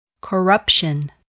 Corruption